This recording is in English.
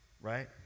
Right